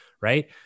Right